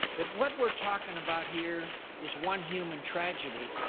that what we're talking about here is one human tragedy,